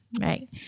Right